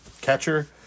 catcher